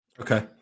Okay